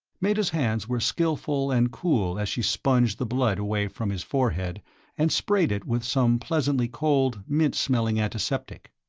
meta's hands were skillful and cool as she sponged the blood away from his forehead and sprayed it with some pleasantly cold, mint-smelling antiseptic.